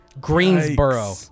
Greensboro